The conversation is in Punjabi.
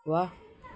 ਵਾਹ